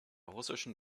russischen